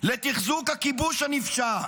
לתחזוק הכיבוש הנפשע,